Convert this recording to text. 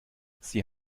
sie